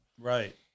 Right